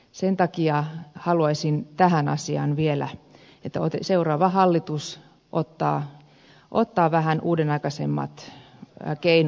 sen takia haluaisin tähän asiaan vielä että seuraava hallitus ottaa vähän uudenaikaisemmat keinot vastaan